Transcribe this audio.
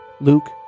Luke